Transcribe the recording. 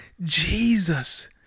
Jesus